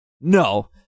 No